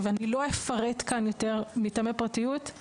ואני לא אפרט כאן יותר מטעמי פרטיות,